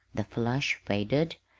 the flush faded,